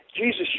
Jesus